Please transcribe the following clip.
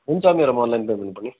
हुन्छ मेरोमा online payment पनि